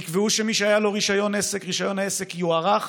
תקבעו שמי שהיה לו רישיון עסק, רישיון העסק יוארך.